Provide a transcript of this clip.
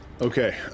Okay